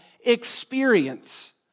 experience